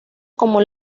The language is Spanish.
como